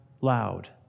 loud